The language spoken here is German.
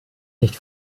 nicht